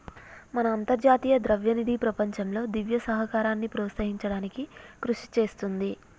మన అంతర్జాతీయ ద్రవ్యనిధి ప్రపంచంలో దివ్య సహకారాన్ని ప్రోత్సహించడానికి కృషి చేస్తుంది